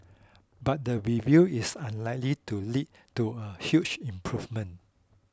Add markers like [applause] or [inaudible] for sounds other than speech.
[noise] but the review is unlikely to lead to a huge improvement